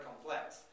complex